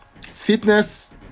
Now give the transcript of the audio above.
fitness